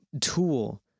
tool